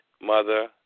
Mother